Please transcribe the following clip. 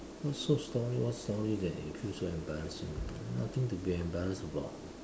what's so story what story that you feel so embarrassing nothing to be embarrassed about